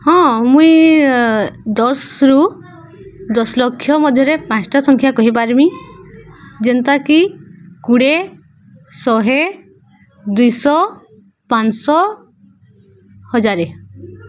ହଁ ମୁଇଁ ଦଶରୁୁ ଦଶ ଲକ୍ଷ ମଧ୍ୟରେ ପାଞ୍ଚଟା ସଂଖ୍ୟା କହିପାରମି ଯେନ୍ତାକି କୋଡ଼ିଏ ଶହେ ଦୁଇଶହ ପାଞ୍ଚଶହ ହଜାର